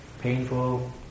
painful